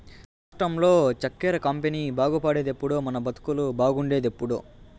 రాష్ట్రంలో చక్కెర కంపెనీ బాగుపడేదెప్పుడో మన బతుకులు బాగుండేదెప్పుడో